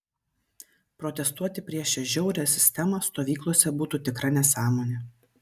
protestuoti prieš šią žiaurią sistemą stovyklose būtų tikra nesąmonė